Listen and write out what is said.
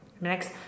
Next